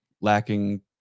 lacking